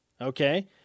Okay